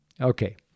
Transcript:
Okay